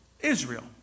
Israel